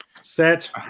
Set